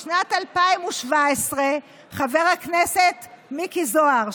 בשנת 2017 חבר הכנסת מיקי זוהר,